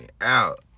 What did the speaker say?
out